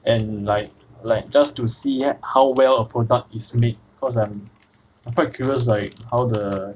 and like like just to see how well a product is made cause I'm I'm quite curious like how the